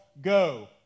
go